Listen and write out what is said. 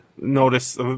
notice